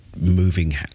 moving